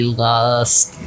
lost